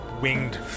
winged